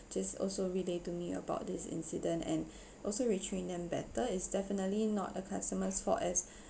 just also relay to me about this incident and also retrain them better and is definitely not a customer's fault as